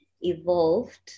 evolved